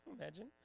imagine